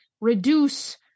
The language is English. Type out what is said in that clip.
reduce